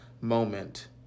moment